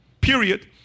period